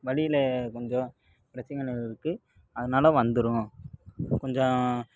வழில கொஞ்சம் பிரச்சனைகள் இருக்குது அதனால வந்துடும் கொஞ்சம்